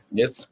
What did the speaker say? yes